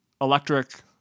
electric